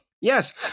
Yes